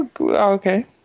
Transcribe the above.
Okay